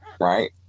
right